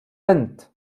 أنت